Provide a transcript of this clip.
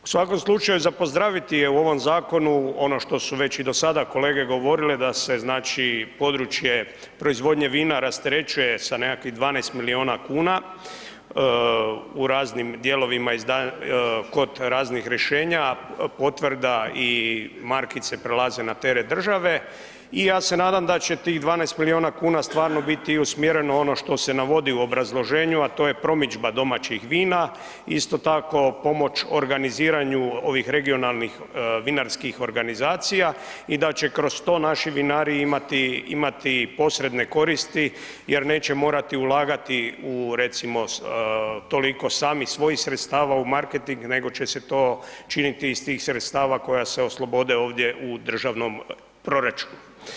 U svakom slučaju za pozdraviti je u ovom Zakonu ono što su već i do sada kolege govorile da se, znači, područje proizvodnje vina rasterećuje sa nekakvih 12 milijuna kuna u raznim dijelovima, kod raznih rješenja, potvrda i markice prelaze na teret države, i ja se nadam da će tih 12 milijuna kuna stvarno biti usmjereno ono što se navodi u obrazloženju, a to je promidžba domaćih vina, isto tako pomoć organiziranju ovih regionalnih vinarskih organizacija, i da će kroz to naši vinari imati, imati posredne koristi, jer neće morati ulagati u recimo, toliko sami svojih sredstava u marketing nego će se to činiti iz tih sredstava koja se oslobode ovdje u državnom proračunu.